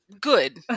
Good